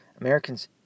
Americans